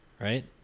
right